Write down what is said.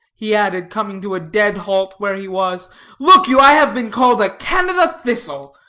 he added, coming to a dead halt where he was look you, i have been called a canada thistle.